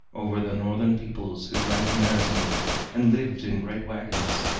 over the northern peoples who drank mare's milk and lived in great wagons,